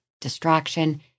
distraction